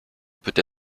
peut